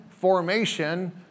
formation